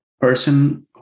person